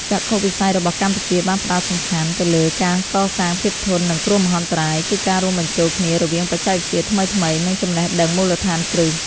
ចក្ខុវិស័យរបស់កម្ពុជាបានផ្តោតសំខាន់ទៅលើការកសាងភាពធន់នឹងគ្រោះមហន្តរាយ គឺការរួមបញ្ចូលគ្នារវាងបច្ចេកវិទ្យាថ្មីៗ និងចំណេះដឹងមូលដ្ឋានគ្រឹះ។